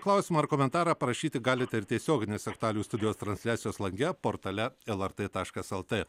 klausimą ar komentarą parašyti galite ir tiesioginės aktualijų studijos transliacijos lange portale lrt taškas lt